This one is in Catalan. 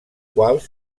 quals